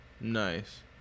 nice